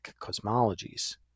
cosmologies